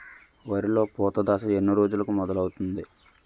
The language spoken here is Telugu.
వరిలో పూత దశ ఎన్ని రోజులకు మొదలవుతుంది?